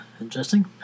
interesting